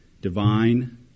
divine